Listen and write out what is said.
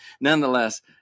nonetheless